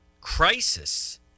Crisis